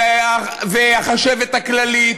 החשבת הכללית